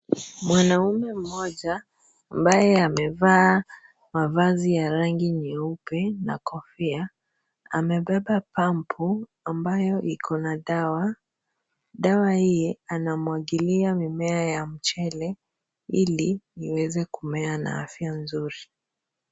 Mwanaume mmoja ambaye amevaa mavazi ya rangi nyeupe na kofia, amebeba pampu ambayo iko na dawa. Dawa hii anamwagilia mimea ya mchele Ili ilweze kumea na afya nzuri.